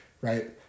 Right